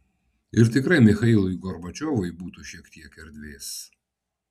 ir tikrai michailui gorbačiovui būtų šiek tiek erdvės